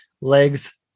legs